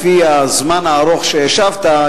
לפי התשובה הארוכה שהשבת,